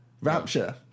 rapture